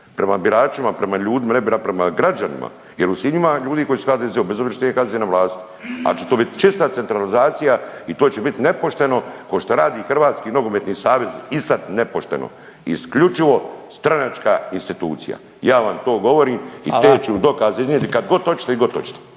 prema biračima, prema ljudima, nepravda prema građanima jel u Sinju ima ljudi koji su u HDZ-u bez obzira što HDZ nije na vlasti, al će to bit čista centralizacija i to će bit nepošteno košto radi Hrvatski nogometni savez i sad nepošteno, isključivo stranačka institucija, ja vam to govorim i te ću vam dokaze iznijeti kad god oćete i di god oćete,